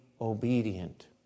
obedient